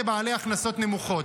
לבעלי הכנסות נמוכות.